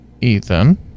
Ethan